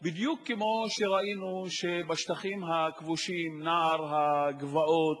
בדיוק כמו שראינו שבשטחים הכבושים נערי הגבעות